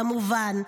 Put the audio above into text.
כמובן.